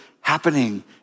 happening